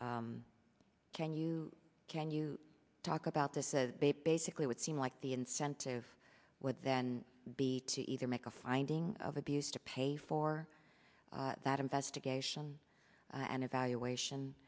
agency can you can you talk about this basically would seem like the incentive would then be to either make a finding of abuse to pay for that investigation and evaluation